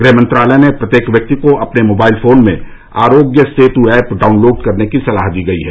गृह मंत्रालय ने प्रत्येक व्यक्ति को अपने मोबाइल फोन में आरोग्य सेतु ऐप डाउनलोड करने की सलाह दी है